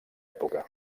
època